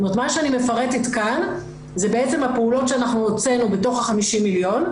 מה שאני מפרטת כאן זה בעצם הפעולות שאנחנו הוצאנו בתוך ה-50 מיליון,